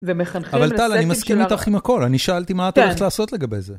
אבל טל, אני מסכים איתך עם הכל, אני שאלתי מה את הולכת לעשות לגבי זה.